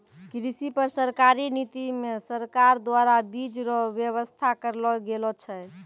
कृषि पर सरकारी नीति मे सरकार द्वारा बीज रो वेवस्था करलो गेलो छै